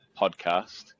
podcast